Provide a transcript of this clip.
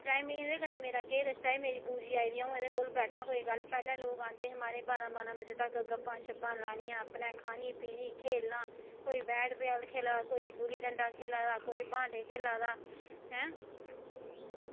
जां मेरा एह्दे कन्नै केह् रिश्ता एह् मेरी बू जी आई दी अं'ऊ एह्दे कोल बैठां आं पैह्लें लोग आंदे हे म्हाराज बारां बारां बजे तक्क गप्पां लानियां अपने खानी पीनी खेल्लना कोई बैट बॉल खोल्ला दा कोई गुल्ली डंडा खेल्ला दा कोई ब्हांटे खेल्ला दा ऐं